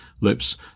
lips